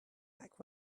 back